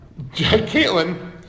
Caitlin